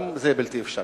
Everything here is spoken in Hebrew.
גם זה בלתי אפשרי.